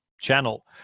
channel